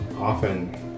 often